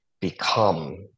become